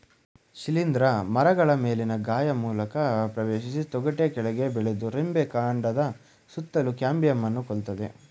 ಶಿಲೀಂಧ್ರ ಮರಗಳ ಮೇಲಿನ ಗಾಯ ಮೂಲಕ ಪ್ರವೇಶಿಸಿ ತೊಗಟೆ ಕೆಳಗೆ ಬೆಳೆದು ರೆಂಬೆ ಕಾಂಡದ ಸುತ್ತಲೂ ಕ್ಯಾಂಬಿಯಂನ್ನು ಕೊಲ್ತದೆ